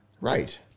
Right